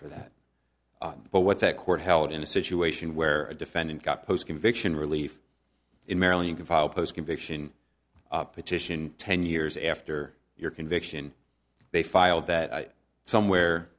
for that but what the court held in a situation where a defendant got post conviction relief in maryland you can file post conviction petition ten years after your conviction they filed that somewhere